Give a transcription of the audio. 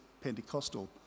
Pentecostal